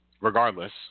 Regardless